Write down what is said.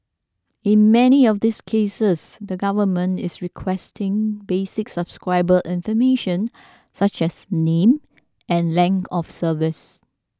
in many of these cases the government is requesting basic subscriber information such as name and of service